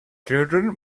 children